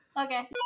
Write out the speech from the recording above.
Okay